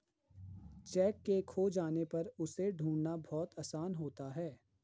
cheque के खो जाने पर उसे ढूंढ़ना बहुत आसान होता है